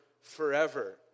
forever